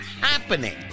happening